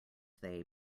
they